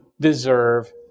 deserve